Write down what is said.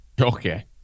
Okay